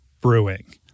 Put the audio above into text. Brewing